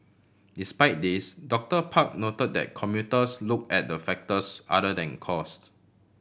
despite this Doctor Park note that commuters look at the factors other than costs